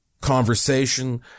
conversation